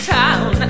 town